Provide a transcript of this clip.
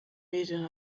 medien